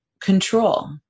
control